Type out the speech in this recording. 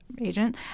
agent